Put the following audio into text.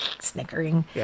snickering